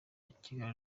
kigali